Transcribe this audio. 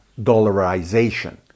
dollarization